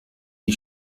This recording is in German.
die